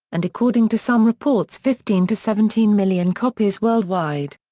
and according to some reports fifteen to seventeen million copies worldwide.